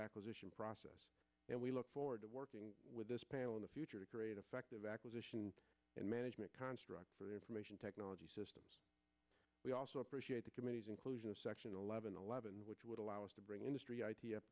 acquisition process and we look forward to working with this panel in the future to great effect of acquisition and management construct for information technology we also appreciate the committee's inclusion of section eleven eleven which would allow us to bring industry